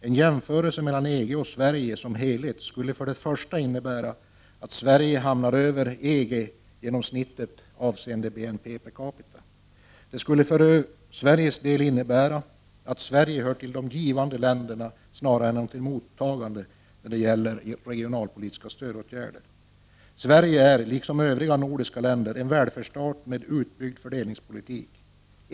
En jämförelse mellan EG och Sverige som helhet skulle för det första innebära att Sverige hamnar över EG-genomsnittet avseende BNP/capita. Det skulle för Sveriges del innebära att Sverige hör till de givande länderna snarare än de mottagande länderna när det gäller regionalpolitiska stödåtgärder. Sverige är, liksom de övriga nordiska länderna, en välfärdsstat med en utbyggd fördelningspolitik.